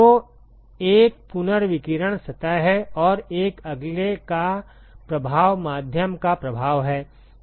तो 1 पुनर्विकिरण सतह है और 1 अगले का प्रभाव माध्यम का प्रभाव है